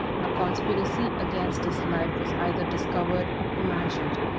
a conspiracy against his life was either discovered or imagined,